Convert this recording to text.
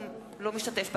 הוא לא משתתף בהצבעה.